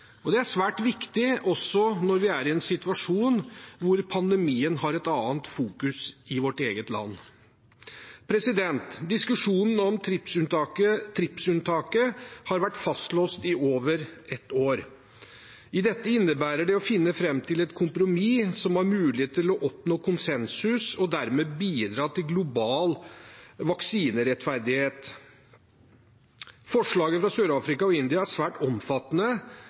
Det er svært viktig også når vi er i en situasjon hvor pandemien har et annet fokus i vårt eget land. Diskusjonen om TRIPS-unntaket har vært fastlåst i over ett år. I dette innebærer det å finne fram til et kompromiss som har mulighet til å oppnå konsensus og dermed bidra til global vaksinerettferdighet. Forslaget fra Sør-Afrika og India er svært omfattende